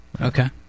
Okay